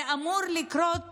זה אמור לקרות